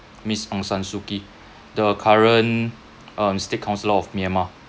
miss aung-san-suu-kyi the current um state counsellor of myanmar